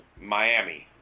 Miami